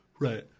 Right